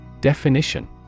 Definition